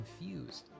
confused